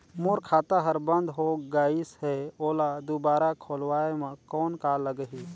मोर खाता हर बंद हो गाईस है ओला दुबारा खोलवाय म कौन का लगही?